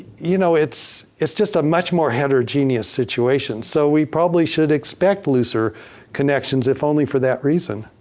you know, it's it's just a much more heterogeneous situation. so, we probably should expect looser connections, if only for that reason.